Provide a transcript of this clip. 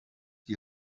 die